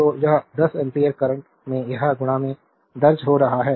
तो 10 ampere current में यह दर्ज हो रहा है